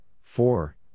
four